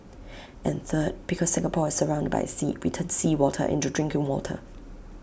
and third because Singapore is surrounded by sea we turn seawater into drinking water